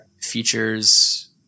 features